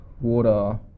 water